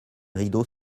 rideaux